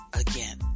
Again